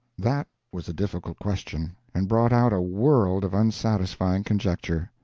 that was a difficult question, and brought out a world of unsatisfying conjecture.